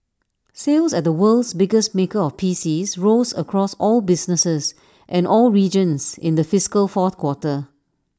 sales at the world's biggest maker of PCs rose across all businesses and all regions in the fiscal fourth quarter